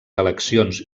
eleccions